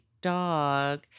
dog